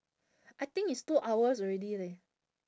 I think it's two hours already leh